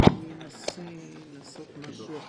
הישיבה ננעלה בשעה